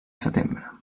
setembre